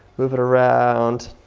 move it around.